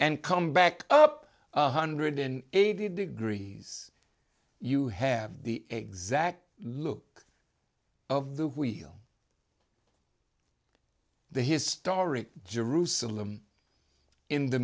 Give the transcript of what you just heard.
and come back up one hundred eighty degrees you have the exact look of the wheel the historic jerusalem in the